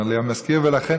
אומר לי המזכיר, ולכן